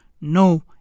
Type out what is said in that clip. no